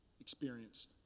experienced